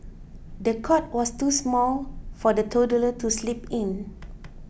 the cot was too small for the toddler to sleep in